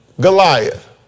Goliath